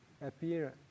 appear